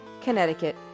Connecticut